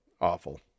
awful